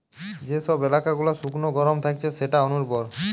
যে সব এলাকা গুলা শুকনো গরম থাকছে সেটা অনুর্বর